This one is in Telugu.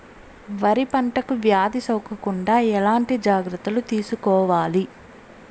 వరి పంటకు వ్యాధి సోకకుండా ఎట్లాంటి జాగ్రత్తలు తీసుకోవాలి?